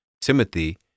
Timothy